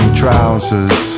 trousers